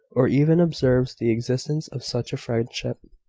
or even observes the existence of such a friendship.